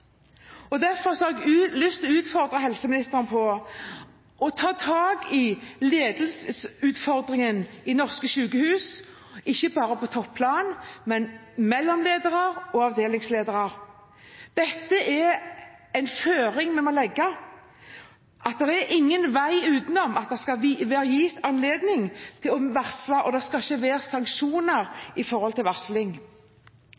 ledelsesutfordringen i norske sykehus, ikke bare på topplan, men også når det gjelder mellomledere og avdelingsledere. Dette er en føring som må legges: at det er ingen vei utenom, at det skal gis anledning til å varsle, og at det skal ikke være